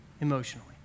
emotionally